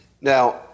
Now